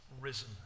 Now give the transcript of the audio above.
risen